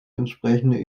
entsprechende